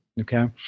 Okay